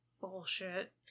bullshit